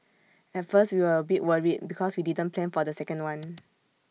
at first we were A bit worried because we didn't plan for the second one